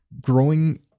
growing